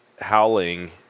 howling